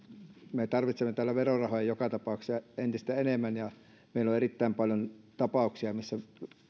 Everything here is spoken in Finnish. me tarvitsemme täällä verorahoja joka tapauksessa entistä enemmän ja meillä on erittäin paljon tapauksia missä